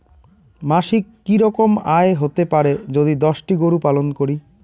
মাসিক কি রকম আয় হতে পারে যদি দশটি গরু পালন করি?